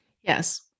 Yes